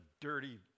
dirty